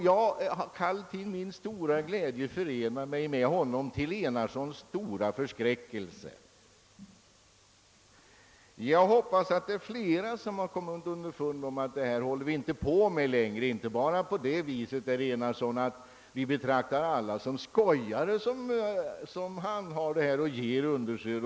Jag kan till min stora glädje förena mig med honom till herr Enarssons stora förskräckelse. Jag hoppas att det är flera som har kommit underfund med att vi inte längre kan hålla på med detta, vilket inte, herr Enarsson, innebär, att vi betraktar alla som skojare som ger understöd eller som mottar understöd.